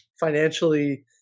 financially